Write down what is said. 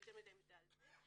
יותר מדי מידע על זה.